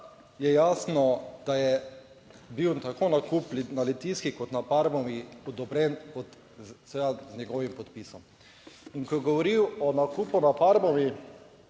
je jasno, da je bil tako nakup na Litijski kot na Parmovi odobren seveda z njegovim podpisom. In ko je govoril o nakupu na Parmovi